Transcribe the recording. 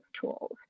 tools